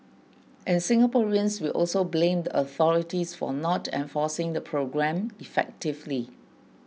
and Singaporeans will also blame the authorities for not enforcing the program effectively